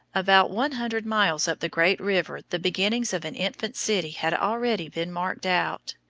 about one hundred miles up the great river the beginnings of an infant city had already been marked out.